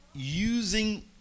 using